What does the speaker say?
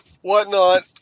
whatnot